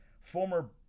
former